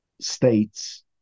states